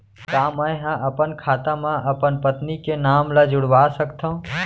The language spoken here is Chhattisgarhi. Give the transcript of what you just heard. का मैं ह अपन खाता म अपन पत्नी के नाम ला जुड़वा सकथव?